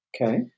Okay